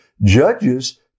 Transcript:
Judges